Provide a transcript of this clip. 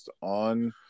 on